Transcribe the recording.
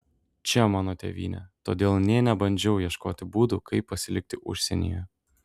čia mano tėvynė todėl nė nebandžiau ieškoti būdų kaip pasilikti užsienyje